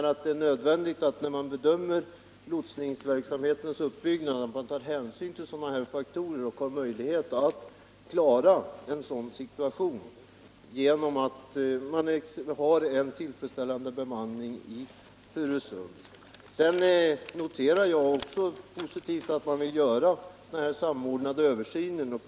Det är nödvändigt att man, när man bedömer lotsningsverksamhetens uppbyggnad, tar hänsyn till sådana faktorer och att man kan klara en sådan situation genom att ha en tillfredsställande bemanning i Furusund. Jag noterar det som positivt att man vill göra den nämnda samordnade översynen.